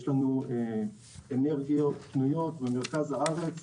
יש לנו אנרגיות פנויות במרכז הארץ.